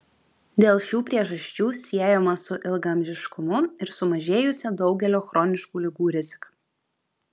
dėl šių priežasčių siejama su ilgaamžiškumu ir sumažėjusia daugelio chroniškų ligų rizika